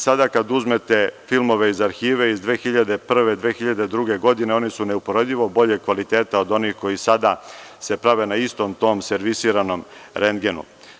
Sada kada uzmete filmove iz arhive iz 2001. ili 2002. godine, oni su neuporedivo boljeg kvaliteta od onih koji se sada prave na istom tom servisiranom rendgenu.